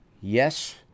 Yes